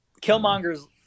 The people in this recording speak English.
Killmonger's